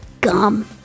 gum